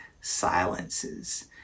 silences